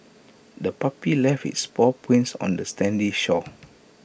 the puppy left its paw prints on the sandy shore